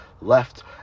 left